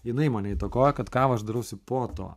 jinai mane įtakoja kad kavą aš darausi po to